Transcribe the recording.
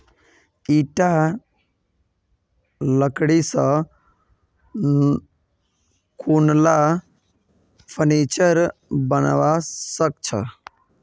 ईटा लकड़ी स कुनला फर्नीचर बनवा सख छ